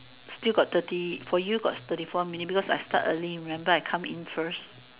still got thirty for you got thirty four minute because I start early remember I come in first